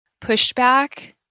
pushback